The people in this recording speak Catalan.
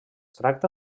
tracta